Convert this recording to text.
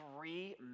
three